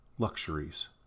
luxuries